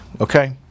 okay